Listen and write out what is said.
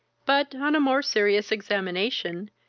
but, on a more serious examination,